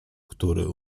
który